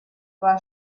war